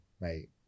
mate